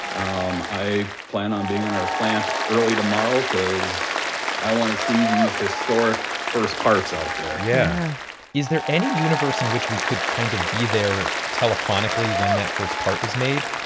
um i plan on being in our plant early tomorrow because i want to see these historic first parts out there yeah yeah is there any universe in which we could kind of be there telephonically when that first part is made?